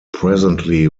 presently